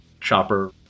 Chopper